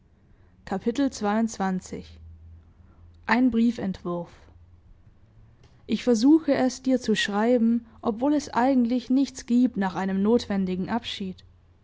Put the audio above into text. ein briefentwurf ich versuche es dir zu schreiben obwohl es eigentlich nichts giebt nach einem notwendigen abschied